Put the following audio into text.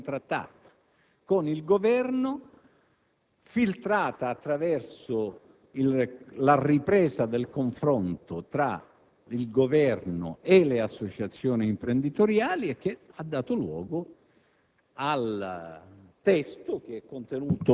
e poi una soluzione concordata e contrattata con il Governo, filtrata attraverso la ripresa del confronto tra il Governo e le associazioni imprenditoriali, e che ha dato luogo